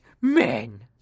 men